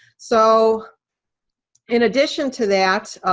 so in addition to that,